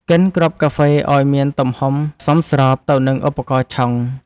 កិនគ្រាប់កាហ្វេឱ្យមានទំហំសមស្របទៅនឹងឧបករណ៍ឆុង។